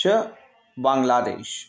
च बाङ्ग्लादेश्